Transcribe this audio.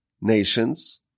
nations